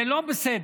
זה לא בסדר.